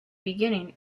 beginning